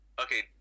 okay